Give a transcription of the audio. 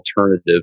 alternative